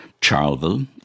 Charleville